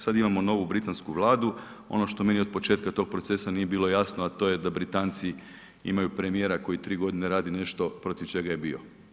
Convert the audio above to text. Sada imamo novu britansku vladu, ono što meni od početka tog procesa nije bilo jasno a to je da Britanci imaju premijera koji tri godine radi nešto protiv čega je bio.